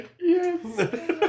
Yes